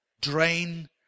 drain